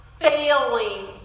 failing